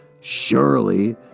surely